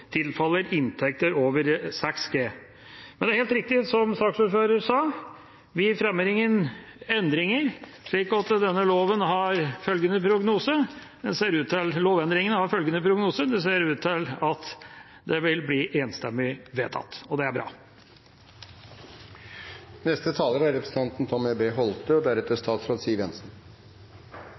tilfaller inntekter over 6 G. Men det er helt riktig som saksordføreren sa, vi fremmer ingen endringer. Denne lovendringa har dermed følgende prognose: Det ser ut til at det vil enstemmig vedtatt – og det er bra. Dette er